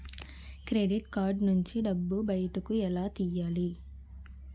Credit card నుంచి డబ్బు బయటకు ఎలా తెయ్యలి?